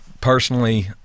personally